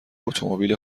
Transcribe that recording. اتومبیل